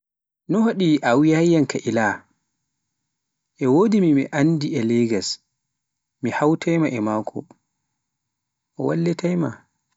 No waɗi a wiyayin ka ila, e wodi mo anndi e Legas mi hawtai ma e maako, o wallitaima.